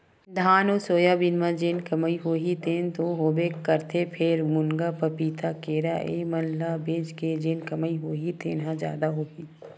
धान अउ सोयाबीन म जेन कमई होही तेन तो होबे करथे फेर, मुनगा, पपीता, केरा ए मन ल बेच के जेन कमई होही तेन ह जादा होही